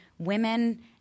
Women